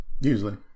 Usually